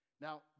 Now